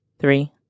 Three